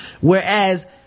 Whereas